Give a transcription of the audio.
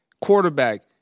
quarterback